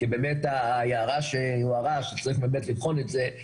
כי באמת הערה שהוערה שצריך לבחון את זה היא